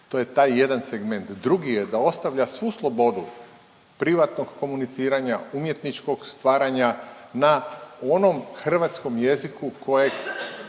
To je taj jedan segment. Drugi je da ostavlja svu slobodu privatnog komuniciranja, umjetničkog stvaranja na onom hrvatskom jeziku kojeg